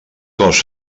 cos